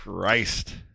Christ